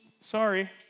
Sorry